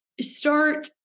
start